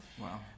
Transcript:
Wow